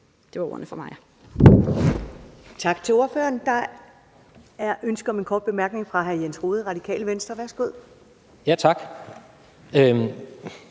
(Karen Ellemann): Tak til ordføreren. Der er ønske om en kort bemærkning fra hr. Jens Rohde, Radikale Venstre. Værsgo. Kl.